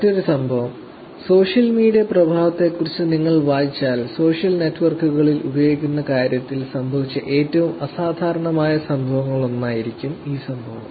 മറ്റൊരു സംഭവം സോഷ്യൽ മീഡിയയുടെ പ്രഭാവത്തെക്കുറിച്ച് നിങ്ങൾ വായിച്ചാൽ സോഷ്യൽ നെറ്റ്വർക്കുകൾ ഉപയോഗിക്കുന്ന കാര്യത്തിൽ സംഭവിച്ച ഏറ്റവും അസാധാരണമായ സംഭവങ്ങളിലൊന്നായിരിക്കും ഈ സംഭവം